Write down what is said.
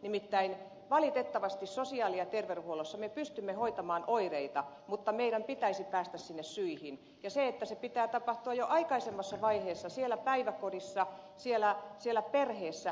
nimittäin valitettavasti sosiaali ja terveydenhuollossa me pystymme hoitamaan oireita mutta meidän pitäisi päästä sinne syihin ja sen pitää tapahtua jo aikaisemmassa vaiheessa siellä päiväkodissa siellä perheessä